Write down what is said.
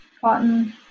cotton